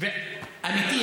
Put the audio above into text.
אמיתי,